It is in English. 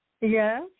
Yes